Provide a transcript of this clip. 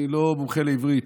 אני לא מומחה לעברית.